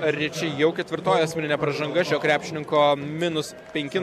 riči jau ketvirtoji asmeninė pražanga šio krepšininko minus penki